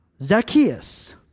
Zacchaeus